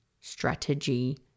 strategy